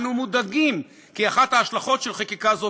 אנו מודאגים כי אחת ההשלכות של חקיקה זו